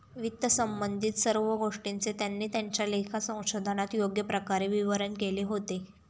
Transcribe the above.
वित्तसंबंधित सर्व गोष्टींचे त्यांनी त्यांच्या लेखा संशोधनात योग्य प्रकारे विवरण केले होते